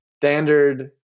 standard